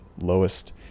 lowest